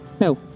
No